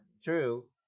true